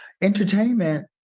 entertainment